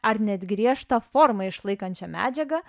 ar net griežtą formą išlaikančia medžiaga